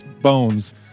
bones